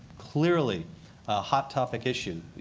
clearly a hot topic issue.